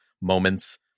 moments